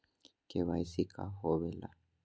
KYC का होवेला?